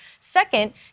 second